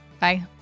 Bye